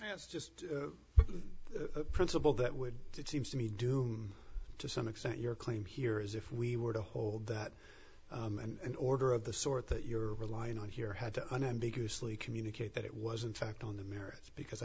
that's just a principle that would seems to me due to some extent your claim here is if we were to hold that and order of the sort that you're relying on here had to unambiguous lee communicate that it was in fact on the merits because i